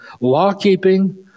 law-keeping